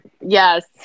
Yes